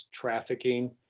trafficking